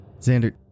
Xander